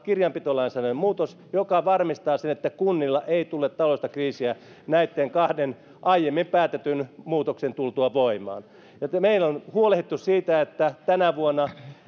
kirjanpitolainsäädännön muutos joka varmistaa sen että kunnille ei tule taloudellista kriisiä näitten kahden aiemmin päätetyn muutoksen tultua voimaan meillä on huolehdittu siitä että tänä vuonna